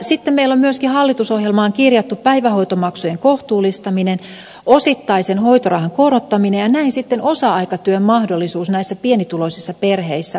sitten meillä on myöskin hallitusohjelmaan kirjattu päivähoitomaksujen kohtuullistaminen ja osittaisen hoitorahan korottaminen ja näin sitten osa aikatyön mahdollisuus näissä pienituloisissa perheissä paranee